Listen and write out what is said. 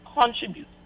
contribute